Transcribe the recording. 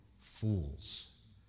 fools